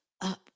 up